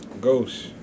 Ghost